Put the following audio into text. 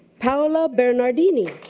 paola bernadini.